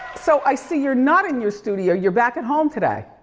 so i see you're not in your studio, you're back at home today.